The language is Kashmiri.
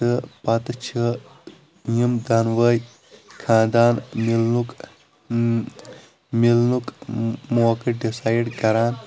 تہٕ پتہٕ چھِ یِم دۄنہٕ وٲے کھانٛدان مِلنُک مِلنُک موقعہٕ ڈِسایڈ کران